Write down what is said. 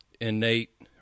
innate